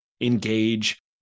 Engage